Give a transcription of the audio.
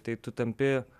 tai tu tampi